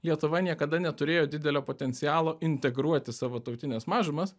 lietuva niekada neturėjo didelio potencialo integruoti savo tautines mažumas